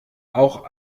auch